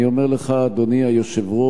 אני אומר לך, אדוני היושב-ראש,